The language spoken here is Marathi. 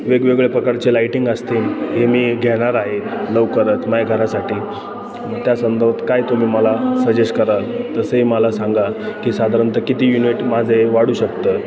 वेगवेगळ्या प्रकारचे लाईटिंग असतील हे मी घेणार आहे लवकरच माझ्या घरासाठी मग त्या संदर्भात काय तुम्ही मला सजेश कराल तसेही मला सांगा की साधारणतः किती युनिट माझे वाढू शकतं